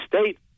state